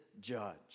judge